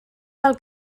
pel